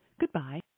Goodbye